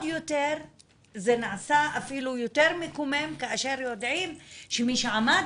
זה נעשה אפילו יותר מקומם כאשר יודעים שמי שעמד